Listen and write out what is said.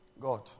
God